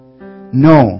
No